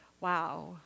Wow